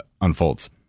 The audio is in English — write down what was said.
unfolds